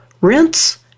rinse